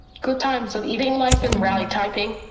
good times of eating life and rally typing.